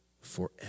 forever